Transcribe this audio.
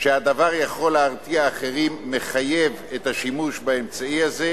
שהדבר יכול להרתיע אחרים מחייבת את השימוש באמצעי הזה,